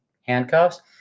handcuffs